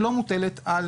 שלא מוטלת על